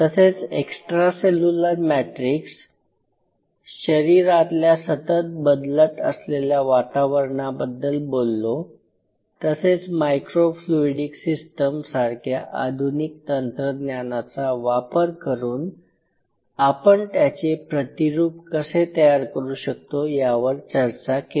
तसेच extracellular matrix शरीरातल्या सतत बदलत असलेल्या वातावरणाबद्दल बोललो तसेच मायक्रो फ्लूइडिक सिस्टम सारख्या आधुनिक तंत्रज्ञानाचा वापर करून आपण त्याचे प्रतिरूप कसे तयार करू शकतो यावर चर्चा केली